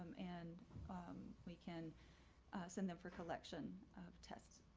and we can send them for collection of tests.